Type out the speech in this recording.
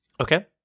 Okay